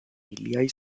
iliaj